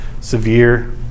severe